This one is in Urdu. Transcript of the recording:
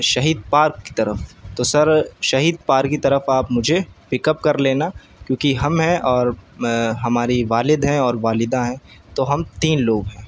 شہید پارک کی طرف تو سر شہید پارک کی طرف آپ مجھے پک اپ کر لینا کیونکہ ہم ہیں اور ہماری والد ہیں اور والدہ ہیں تو ہم تین لوگ ہیں